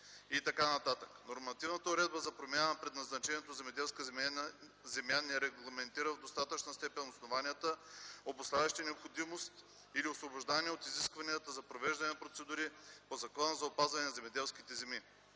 и т.н. Нормативната уредба за промяна на предназначението на земеделските земи не регламентира в достатъчна степен основанията, обуславящи необходимост или освобождаване от изискванията за провеждането на процедури по Закона за опазване на земеделските земи.